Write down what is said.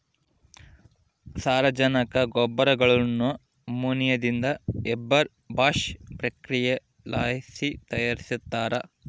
ಸಾರಜನಕ ಗೊಬ್ಬರಗುಳ್ನ ಅಮೋನಿಯಾದಿಂದ ಹೇಬರ್ ಬಾಷ್ ಪ್ರಕ್ರಿಯೆಲಾಸಿ ತಯಾರಿಸ್ತಾರ